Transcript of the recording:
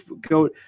go –